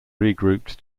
regrouped